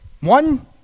One